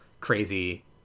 crazy